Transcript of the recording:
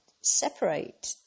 separate